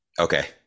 Okay